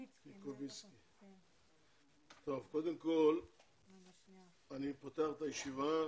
אני פותח את הישיבה.